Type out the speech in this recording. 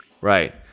Right